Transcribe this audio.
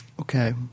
Okay